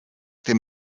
dem